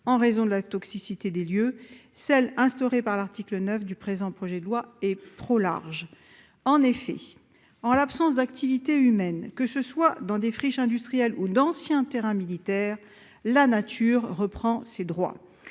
en raison de la toxicité des lieux, celle qui est instaurée par l'article 9 est trop large. En effet, en l'absence d'activités humaines, que ce soit dans des friches industrielles ou sur d'anciens terrains militaires, la nature reprend ses droits.